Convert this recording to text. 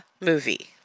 movie